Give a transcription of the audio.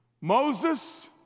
Moses